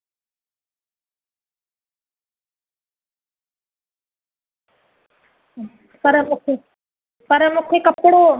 हा हा रये सुदियूं के टी सै वारी के पंज सौ वारी आहिन के अढाई सै वारी आहिन के मन छह सौ वारियूं बि आहिन